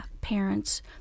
Parents